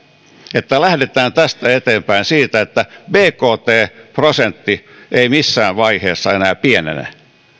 että lähdetään tästä eteenpäin siitä että bkt prosentti ei missään vaiheessa enää pienene